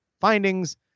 findings